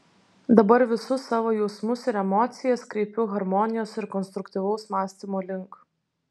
dabar visus savo jausmus ir emocijas kreipiu harmonijos ir konstruktyvaus mąstymo link